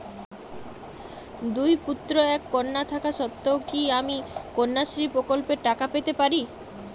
দুই পুত্র এক কন্যা থাকা সত্ত্বেও কি আমি কন্যাশ্রী প্রকল্পে টাকা পেতে পারি?